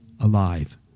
alive